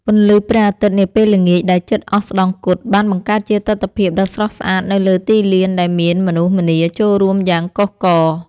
ពន្លឺព្រះអាទិត្យនាពេលល្ងាចដែលជិតអស្តង្គតបានបង្កើតជាទិដ្ឋភាពដ៏ស្រស់ស្អាតនៅលើទីលានដែលមានមនុស្សម្នាចូលរួមយ៉ាងកុះករ។